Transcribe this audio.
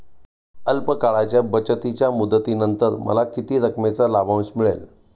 अल्प काळाच्या बचतीच्या मुदतीनंतर मला किती रकमेचा लाभांश मिळेल?